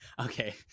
Okay